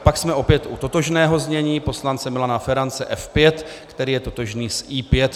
Pak jsme opět u totožného znění poslance Milana Ferance F5, který je totožný s I5.